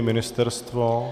Ministerstvo?